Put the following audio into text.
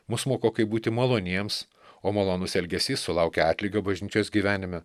mus moko kaip būti maloniems o malonus elgesys sulaukia atlygio bažnyčios gyvenime